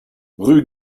rue